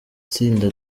itsinda